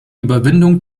überwindung